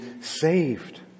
saved